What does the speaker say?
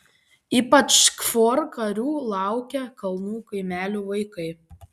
ypač kfor karių laukia kalnų kaimelių vaikai